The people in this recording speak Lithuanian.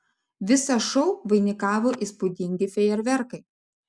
visą šou vainikavo įspūdingi fejerverkai